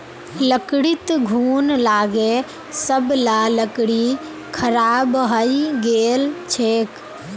लकड़ीत घुन लागे सब ला लकड़ी खराब हइ गेल छेक